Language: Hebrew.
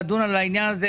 לדון על העניין הזה,